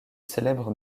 célèbre